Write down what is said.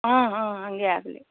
ಹಾಂ ಹಾಂ ಹಾಗೆ ಆಗಲಿ